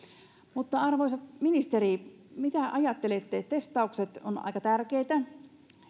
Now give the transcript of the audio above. arvoisat ministerit mitä ajattelette testaukset ovat aika tärkeitä